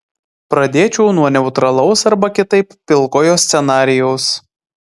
pradėčiau nuo neutralaus arba kitaip pilkojo scenarijaus